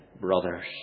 brothers